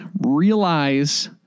realize